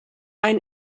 ein